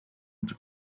into